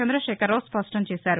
చంద్రశేఖరరావు స్పష్టం చేశారు